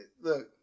look